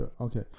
Okay